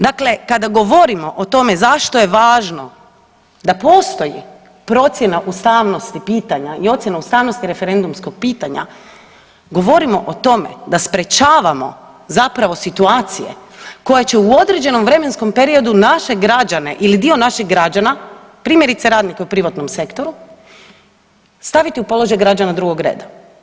Dakle, kada govorimo o tome zašto je važno da postoji procjena ustavnosti pitanja i ocjena ustavnosti referendumskog pitanja govorimo o tome da sprečavamo zapravo situacije koje će u određenom vremenskom periodu naše građane ili dio naših građana, primjerice radnika u privatnom sektoru, staviti u položaj građana drugog reda.